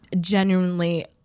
genuinely